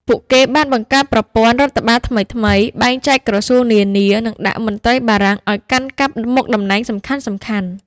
ពួកគេបានបង្កើតប្រព័ន្ធរដ្ឋបាលថ្មីៗ បែងចែកក្រសួងនានា និងដាក់មន្ត្រីបារាំងឱ្យកាន់កាប់មុខតំណែងសំខាន់ៗ។